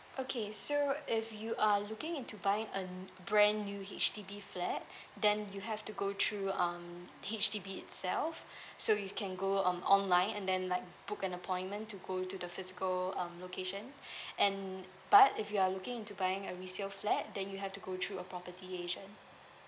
okay so if you are looking into buying a brand new H_D_B flat then you have to go through um H_D_B itself so you can go on online and then like book an appointment to go to the physical um location and but if you are looking into buying a resale flat then you have to go through a property agent